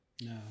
No